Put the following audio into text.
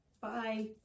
Bye